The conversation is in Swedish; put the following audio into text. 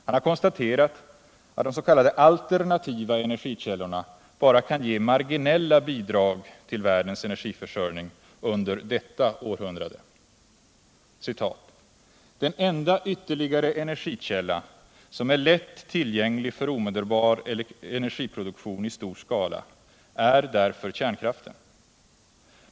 Han har konstaterat, att de s.k. alternativa energikällorna bara kan ge marginella bidrag till världens energiförsörjning under detta århundrade. ”Den enda ytterligare energikälla, som är lätt tillgänglig för omedelbar energiproduktion i stor skala, är därför kärnkraften.